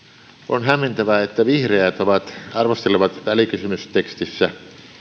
on hämmentävää että vihreät arvostelevat välikysymystekstissä